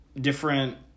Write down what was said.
different